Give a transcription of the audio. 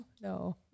No